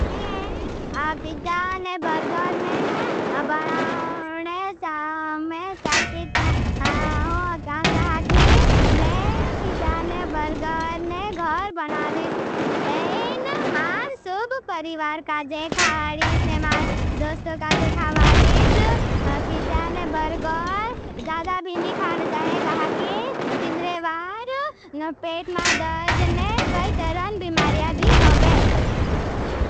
मैं पिजा ने बर्गर ने घर बनावीश। इन मार सुब परिवार काजे खावाडीश। मेरे मार दोस्तो काजे खावाडीश। पिजा ने बर्गर जादा भी नी खाणड चाहें। कहा कि तिन्द्रेवार पेट मा दर्ज ने कई तरण बिमारिया भी होवे।